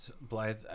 Blythe